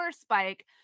spike